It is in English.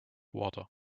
water